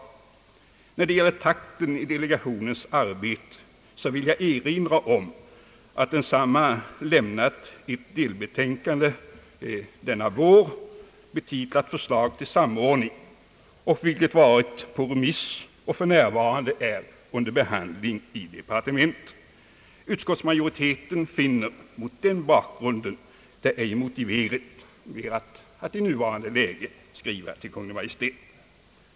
När det gäller takten i delegationens arbete vill jag erinra om att denna lämnat ett delbetänkande betitlat »Förslag till samordning», vilket varit på remiss och för närvarande är under behandling i departementet. Utskottsmajoriteten finner mot den bakgrunden det ej motiverat att i nuvarande läge skriva till Kungl. Maj:t.